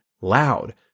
loud